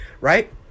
Right